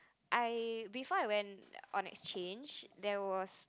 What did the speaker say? I before I went on exchange there was